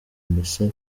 mbese